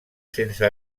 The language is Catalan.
sense